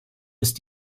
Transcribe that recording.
ist